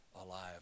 alive